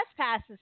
passes